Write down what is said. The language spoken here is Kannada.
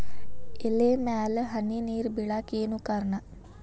ಎಲೆ ಮ್ಯಾಲ್ ಹನಿ ನೇರ್ ಬಿಳಾಕ್ ಏನು ಕಾರಣ?